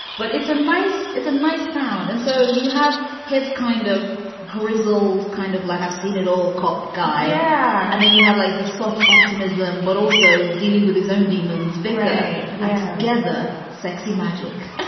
but it's a nice it's a nice sound. and so you have his kind of grizzled kind of like, i've seen it all cop guy yeah and then you have like the soft optimism, but also dealing with his own demons. big guy yeah together, sexy magic